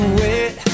wait